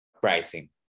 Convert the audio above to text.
pricing